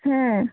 হ্যাঁ